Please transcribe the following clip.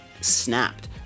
snapped